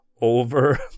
over